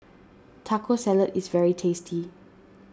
Taco Salad is very tasty